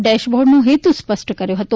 dash બોર્ડનો હેતુ સ્પષ્ટ કર્યો હતો